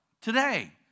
today